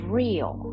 real